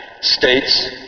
states